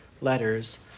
letters